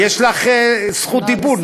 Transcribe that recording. יש לך זכות דיבור,